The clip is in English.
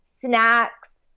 snacks